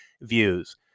views